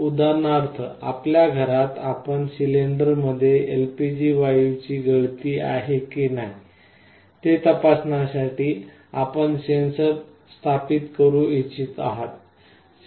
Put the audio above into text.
उदाहरणार्थ आपल्या घरात आपणास सिलेंडरमध्ये एलपीजी वायूची गळती आहे की नाही ते तपासण्यासाठी आपण सेन्सर स्थापित करू इच्छित आहात